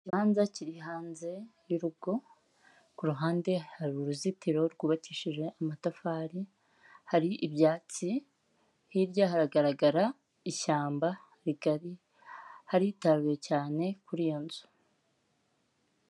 Ikibanza kiri hanze y'urugo, kuhande hari uruzitiro rwubakishije amatafari, hari ibyatsi, hirya hagaragara ishyamba rigari haritaruye cyane kuri iyo nzu.